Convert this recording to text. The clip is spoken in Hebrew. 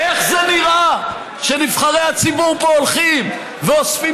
ואיך זה נראה שנבחרי הציבור פה הולכים ואוספים